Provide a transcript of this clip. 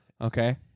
okay